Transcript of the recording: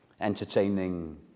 entertaining